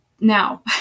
now